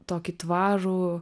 tokį tvarų